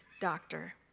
doctor